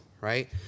right